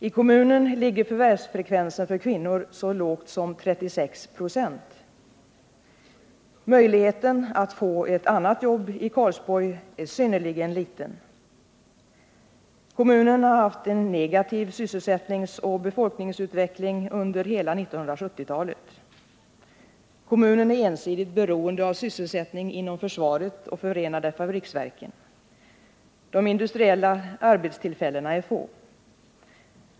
I kommunen är förvärvsfrekvensen för kvinnor så låg som 36 96. Möjligheten att få ett annat jobb i Karlsborg är synnerligen liten. Kommunen har haft en negativ sysselsättningsoch befolkningsutveckling under hela 1970-talet. Kommunen är ensidigt beroende av sysselsättningen inom försvaret och förenade fabriksverken. De industriella arbetstillfällena är få.